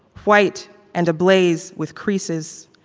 white and ablaze with creases,